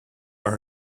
are